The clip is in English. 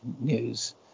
news